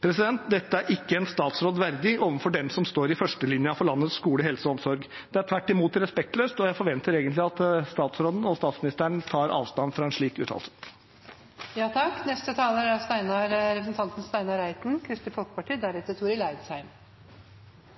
Dette er ikke en statsråd verdig overfor dem som står i førstelinja for landets skoler, helse og omsorg. Det er tvert imot respektløst, og jeg forventer egentlig at statsråden og statsministeren tar avstand fra en slik